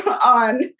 on